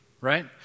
right